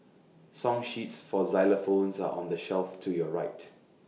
song sheets for xylophones are on the shelf to your right